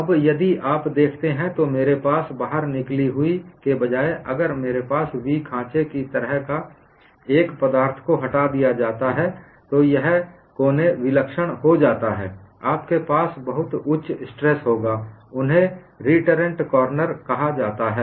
अब यदि आप देखते हैं तो मेरे पास बाहर निकली हुई के बजाय अगर मेरे पास v खांचे की तरह एक पदार्थ को हटा दिया जाता है तो यह कोने विलक्षण हो जाता है